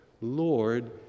Lord